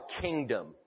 kingdom